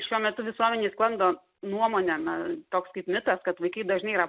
šiuo metu visuomenėj sklando nuomonė na toks kaip mitas kad vaikai dažnai yra